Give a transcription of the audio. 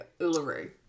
Uluru